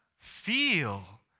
feel